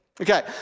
Okay